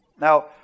Now